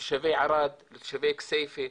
לתושבי ערד, תושבי כסייפה,